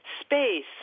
space